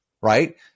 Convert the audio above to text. right